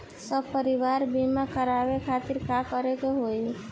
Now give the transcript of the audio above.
सपरिवार बीमा करवावे खातिर का करे के होई?